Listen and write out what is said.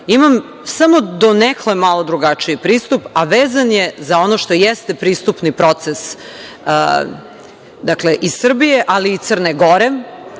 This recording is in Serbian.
samo donekle malo drugačiji pristup, a vezan je za ono što jeste pristupni proces, dakle, iz Srbije, ali i Crne Gore,